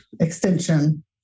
extension